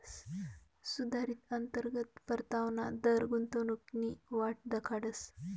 सुधारित अंतर्गत परतावाना दर गुंतवणूकनी वाट दखाडस